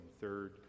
third